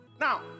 Now